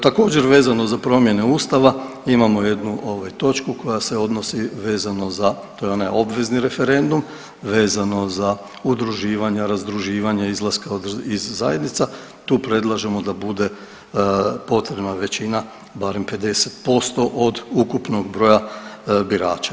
Također vezano za promjene Ustava imamo jednu ovaj točku koja se odnosi vezano za, to je onaj obvezni referendum vezano za udruživanja, razdruživanja, izlaska iz zajednica, tu predlažemo da bude potrebna većina barem 50% od ukupnog broja birača.